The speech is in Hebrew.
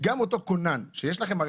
גם אותו כונן שיש לכם,